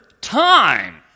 time